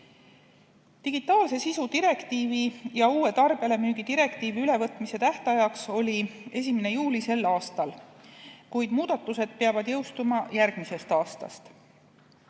Digitaalse sisu direktiivi ja uue tarbijalemüügi direktiivi ülevõtmise tähtaeg oli 1. juuli sel aastal, kuid muudatused peavad jõustuma järgmisest aastast.